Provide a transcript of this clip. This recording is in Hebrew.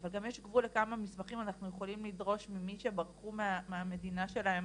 אבל גם יש גבול לכמה מסמכים אנחנו יכולים לדרוש ממי שברחו מהמדינה שלהם